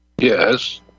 Yes